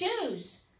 choose